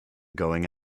going